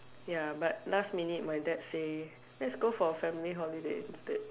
ya but last minute my dad say let's go for a family holiday instead